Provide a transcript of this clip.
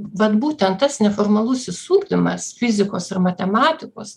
bet būtent tas neformalusis ugdymas fizikos ir matematikos